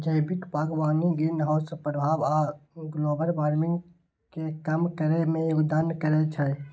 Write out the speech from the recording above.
जैविक बागवानी ग्रीनहाउस प्रभाव आ ग्लोबल वार्मिंग कें कम करै मे योगदान करै छै